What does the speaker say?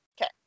Okay